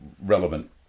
relevant